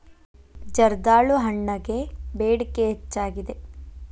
ಜರ್ದಾಳು ಹಣ್ಣಗೆ ಬೇಡಿಕೆ ಹೆಚ್ಚಾಗಿದೆ